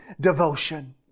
devotion